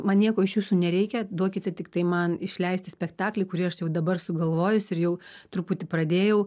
man nieko iš jūsų nereikia duokite tiktai man išleisti spektaklį kurį aš jau dabar sugalvojusi ir jau truputį pradėjau